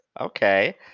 Okay